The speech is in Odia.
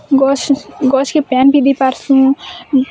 ଗଛ୍ ଗଛ୍କେ ପାଏନ୍ ଭି ଦେଇପାରସୁଁ